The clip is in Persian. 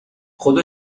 خدا